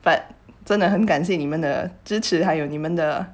but 真的很感谢你们的支持还有你们的